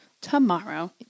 tomorrow